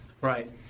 Right